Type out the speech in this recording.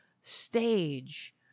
stage